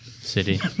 City